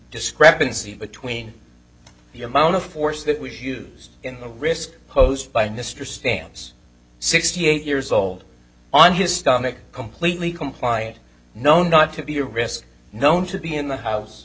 discrepancy between the amount of force that was used in the risk posed by mr stan's sixty eight years old on his stomach completely compliant no not to be a risk known to be in the house